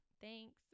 thanks